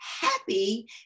happy